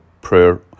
prayer